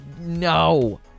No